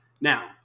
now